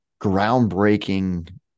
groundbreaking